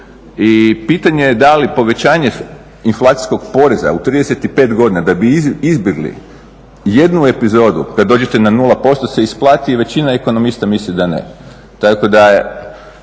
I pitanje je da li povećanje inflacijskog poreza u 35 godina da bi izbjegli jednu epizodu da dođete na 0% se isplati? Većina ekonomista misli da ne.